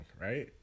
Right